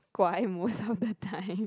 乖:guai/mandarin> most of the time